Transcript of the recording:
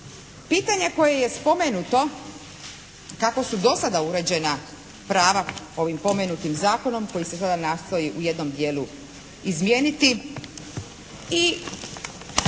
Pitanja koje je spomenuto kako su do sada uređena prava ovim pomenutim zakonom koji se sada nastoji u jednom dijelu izmijeniti